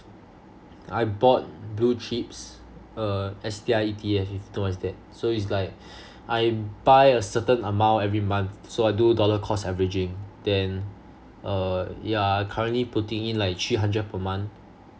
I bought blue chips uh S_T_I_E_T_F if you know what is that so it's like I buy a certain amount every month so I do dollar cost averaging then uh yeah I currently putting in like three hundred per month